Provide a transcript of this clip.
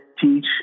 teach